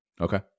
Okay